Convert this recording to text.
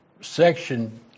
section